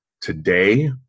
Today